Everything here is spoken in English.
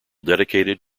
dedicated